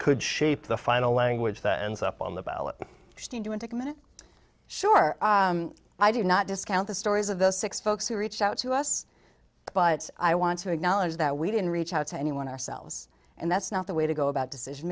could shape the final language that ends up on the ballot to undocumented sure i do not discount the stories of those six folks who reached out to us but i want to acknowledge that we didn't reach out to anyone ourselves and that's not the way to go about decision